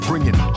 Bringing